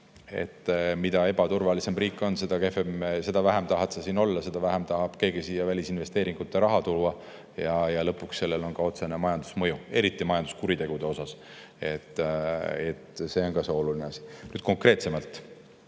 et mida ebaturvalisem riik on, seda vähem tahad sa siin olla, seda vähem tahab keegi siia välisinvesteeringute raha tuua ja lõpuks on sellel ka otsene majandusmõju, eriti majanduskuritegude puhul. See on ka oluline asi. Nüüd konkreetsemalt